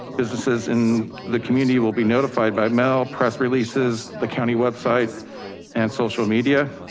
businesses in the community will be notified by mail, press releases, the county website and social media.